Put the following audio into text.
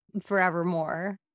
forevermore